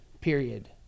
period